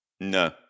no